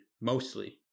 mostly